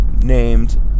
named